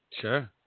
Sure